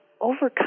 overcome